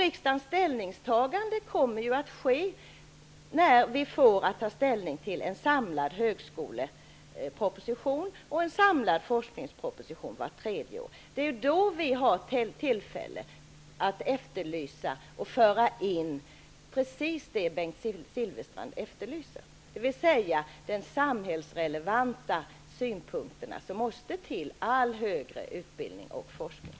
Riksdagens ställningstagande blir ju aktuellt vart tredje år, när det avges en samlad högskoleproposition och en samlad forskningsproposition. Det är då som man har tillfälle att efterlysa precis det som Bengt Silfverstrand talade om, dvs. de samhällsrelevanta synpunkter som måste läggas på all högre utbildning och forskning.